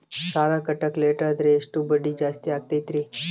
ಸಾಲ ಕಟ್ಟಾಕ ಲೇಟಾದರೆ ಎಷ್ಟು ಬಡ್ಡಿ ಜಾಸ್ತಿ ಆಗ್ತೈತಿ?